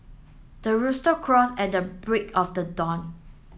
the rooster crows at the break of the dawn